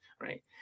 Right